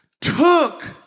took